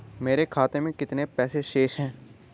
मेरे खाते में कितने पैसे शेष हैं?